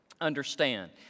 understand